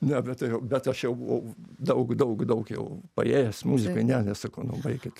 ne bet bet aš jau buvau daug daug daug jau paėjęs muzikoj ne ne sakau nu baikit